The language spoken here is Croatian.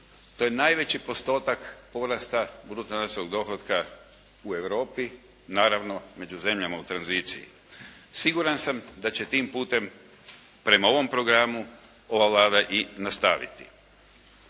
To je najveći postotak porasta bruto nacionalnog dohotka u Europi, naravno među zemljama u tranziciji. Siguran sam da će tim putem prema ovom programu ova Vlada i nastaviti.